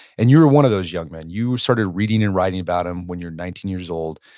and you were one of those young men. you started reading and writing about him when you were nineteen years old,